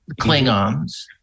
klingons